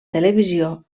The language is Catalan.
televisió